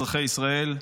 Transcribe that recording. אזרחי ישראל.